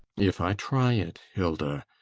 if i try it, hilda,